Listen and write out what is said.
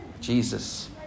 Jesus